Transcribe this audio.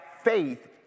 faith